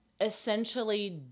Essentially